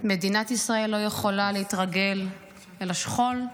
מדינת ישראל לא יכולה להתרגל אל השכול,